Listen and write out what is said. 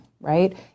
right